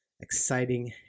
exciting